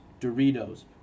Doritos